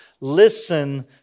Listen